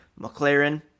McLaren